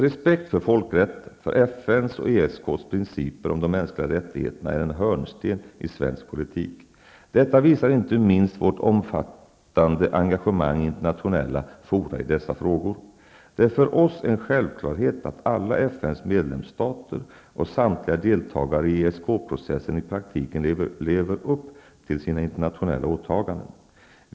Respekt för folkrätten, för FN:s och ESK:s principer om de mänskliga rättigheterna är en hörnsten i svensk politik. Detta visar inte minst vårt omfattande engagemang i internationella fora i dessa frågor. Det är för oss en självklarhet att alla processen i praktiken lever upp till sina internationella åtaganden.